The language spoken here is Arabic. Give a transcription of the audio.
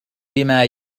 بما